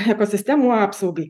ekosistemų apsaugai